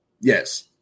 yes